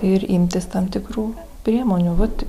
ir imtis tam tikrų priemonių vat